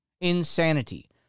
Insanity